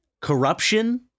Corruption